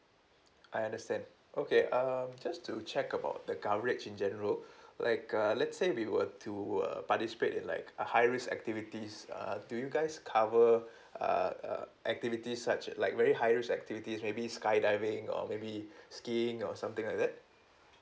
I understand okay um just to check about the coverage in general like uh let's say we were to uh participate in like a high risk activities uh do you guys cover uh uh activities such like very high risk activities maybe skydiving or maybe skiing or something like that